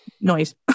noise